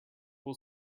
will